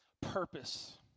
purpose